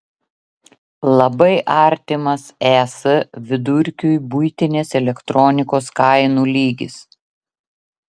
labai artimas es vidurkiui buitinės elektronikos kainų lygis